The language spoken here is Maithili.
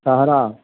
सहारा